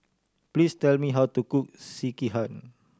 please tell me how to cook Sekihan